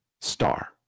star